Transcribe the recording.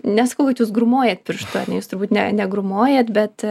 nesakau kad jūs grūmojat pirštu ane jūs turbūt ne negrūmojat bet